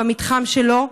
במתחם שלו,